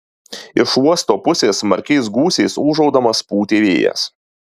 iš uosto pusės smarkiais gūsiais ūžaudamas pūtė vėjas